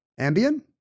Ambien